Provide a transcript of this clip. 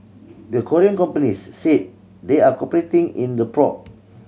the Korean companies said they're cooperating in the probe